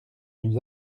nous